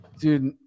dude